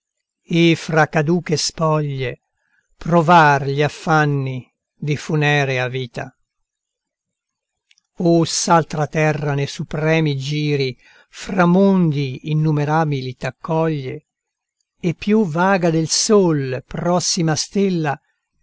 e fra caduche spoglie provar gli affanni di funerea vita o s'altra terra ne superni giri fra mondi innumerabili t'accoglie e più vaga del sol prossima stella